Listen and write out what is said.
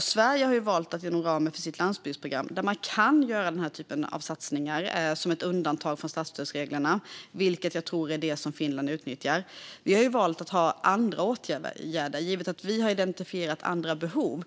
Sverige har valt andra åtgärder inom ramen för sitt landsbygdsprogram, där man kan göra sådana satsningar som ett undantag från statsstödsreglerna, vilket Finland förmodligen utnyttjar. I Sverige har vi tillsammans med branschen identifierat andra behov.